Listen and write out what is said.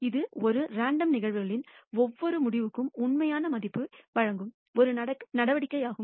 இது ஒரு ரேண்டம் நிகழ்வுகளின் ஒவ்வொரு முடிவுக்கும் உண்மையான மதிப்பை வழங்கும் ஒரு நடவடிக்கையாகும்